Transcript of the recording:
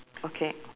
okay